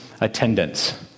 attendance